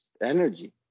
energy